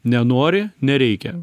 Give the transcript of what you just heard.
nenori nereikia